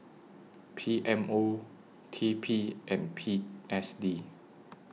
P M O T P and P S D